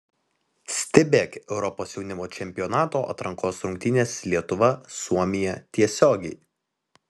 stebėk europos jaunimo čempionato atrankos rungtynes lietuva suomija tiesiogiai